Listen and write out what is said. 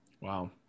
Wow